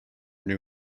new